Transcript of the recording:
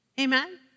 Amen